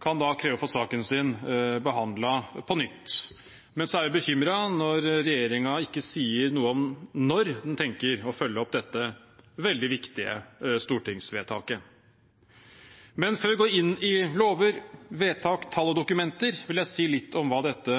kan kreve å få saken sin behandlet på nytt. Men så er vi bekymret når regjeringen ikke sier noe om når de tenker å følge opp dette veldig viktige stortingsvedtaket. Før jeg går inn i lover, vedtak, tall og dokumenter, vil jeg si litt om hva dette